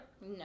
No